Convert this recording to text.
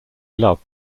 loved